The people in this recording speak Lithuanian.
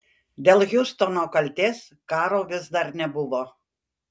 dėl hiustono kaltės karo vis dar nebuvo